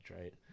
right